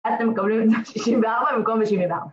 אז אתם מקבלים את ה-64 במקום ל-74